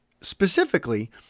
specifically